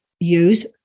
use